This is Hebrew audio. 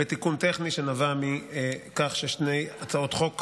בתיקון טכני שנבע מכך ששתי הצעות חוק